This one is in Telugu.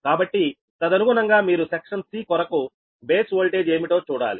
కాబట్టి తదనుగుణంగా మీరు సెక్షన్ C కొరకు బేస్ వోల్టేజ్ ఏమిటో చూడాలి